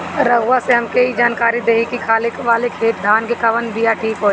रउआ से हमके ई जानकारी देई की खाले वाले खेत धान के कवन बीया ठीक होई?